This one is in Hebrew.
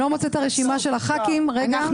אני לא מוצאת את הרשימה של הח"כים, רגע.